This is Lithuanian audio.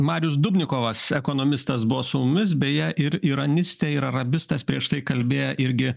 marius dubnikovas ekonomistas buvo su mumis beje ir iranistė ir arabistas prieš tai kalbėję irgi